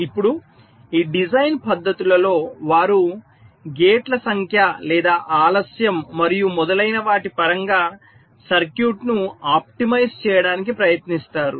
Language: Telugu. ఇప్పుడు ఈ డిజైన్ పద్దతుల లో వారు గేట్ల సంఖ్య లేదా ఆలస్యం మరియు మొదలైన వాటి పరంగా సర్క్యూట్ను ఆప్టిమైజ్ చేయడానికి ప్రయత్నిస్తారు